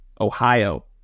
Ohio